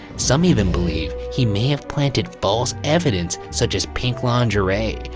some even believe he may have planted false evidence such as pink lingerie,